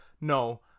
no